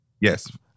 Yes